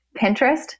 Pinterest